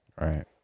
right